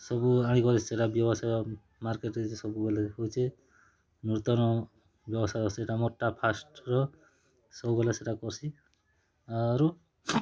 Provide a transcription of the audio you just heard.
ସବୁ ଆଣିକରି ସେଟା ବ୍ୟବସାୟ ମାର୍କେଟରେ ଯେ ସବୁବେଲେ ହଉଛେ ନୂତନ ବ୍ୟବସାୟ ସେଟା ମୋର୍ ଟା ଫାଷ୍ଟର ସବୁବେଲେ ସେଟା କରସିଁ ଆରୁ